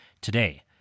today